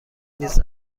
نیز